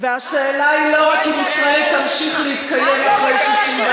לכל עשרה